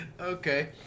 Okay